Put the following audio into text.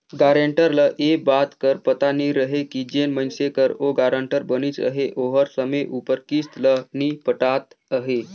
guarantor ल ए बात कर पता नी रहें कि जेन मइनसे कर ओ गारंटर बनिस अहे ओहर समे उपर किस्त ल नी पटात अहे